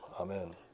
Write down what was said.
Amen